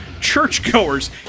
churchgoers